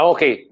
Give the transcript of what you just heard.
Okay